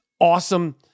awesome